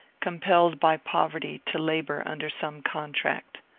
compelled by poverty to labour under some contract.